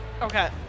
Okay